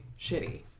shitty